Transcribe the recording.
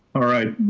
all right,